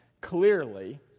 clearly